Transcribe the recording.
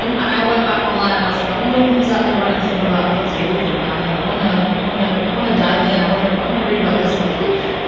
and and i went back on line and i was like, i wonder who's out there, right? think about dr. luther, man. look, like i want to. i want to. i want to die. then i want to i want to read about this motherfucker